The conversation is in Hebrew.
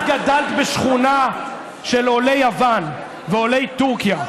את גדלת בשכונה של עולי יוון ועולי טורקיה,